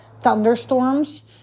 thunderstorms